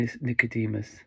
Nicodemus